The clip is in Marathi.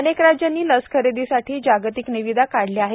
अनेक राज्यांनी लस खरेदीसाठी जागतिक निविदा काढल्या आहेत